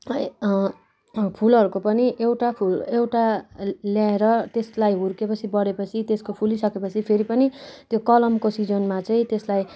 फुलहरूको पनि एउटा फुल एउटा ल्याएर त्यसलाई हुर्केपछि बडेपछि त्यसको फुलिसकेपछि फेरि पनि त्यो कलमको सिजनमा चाहिँ त्यसलाई